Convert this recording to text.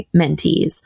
mentees